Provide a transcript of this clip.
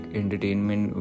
entertainment